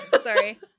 Sorry